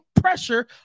pressure